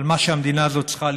על מה שהמדינה הזאת צריכה להיות.